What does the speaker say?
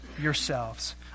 yourselves